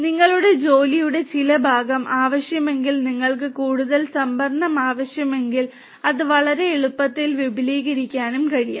നിങ്ങളുടെ ജോലിയുടെ ചില ഭാഗം ആവശ്യമെങ്കിൽ നിങ്ങൾക്ക് കൂടുതൽ സംഭരണം ആവശ്യമാണെങ്കിൽ അത് വളരെ എളുപ്പത്തിൽ വിപുലീകരിക്കാനും കഴിയും